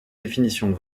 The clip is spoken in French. définitions